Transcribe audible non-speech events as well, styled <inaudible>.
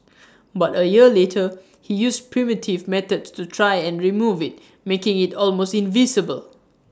<noise> but A year later he used primitive methods to try and remove IT making IT almost invisible